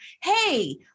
hey